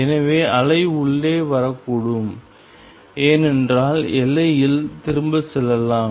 எனவே அலை உள்ளே வரக்கூடும் ஏனென்றால் எல்லையில் திரும்பிச் செல்லலாம்